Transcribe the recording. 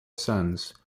sons